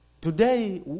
Today